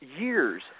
years